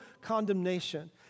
condemnation